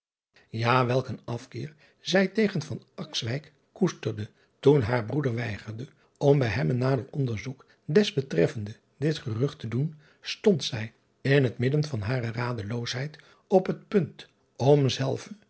welk een afkeer zij tegen koesterde toen haar broeder weigerde om bij hem een nader onderzoek betrefsende dit gerucht te doen stond zij in het midden van hare radeloosheid op het punt om